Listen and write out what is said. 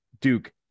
Duke